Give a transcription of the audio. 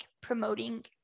promoting